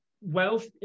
wealth